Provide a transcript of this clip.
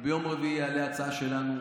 ביום רביעי תעלה ההצעה שלנו,